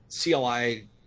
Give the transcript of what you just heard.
CLI